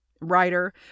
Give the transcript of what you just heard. writer